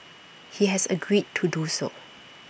he has agreed to do so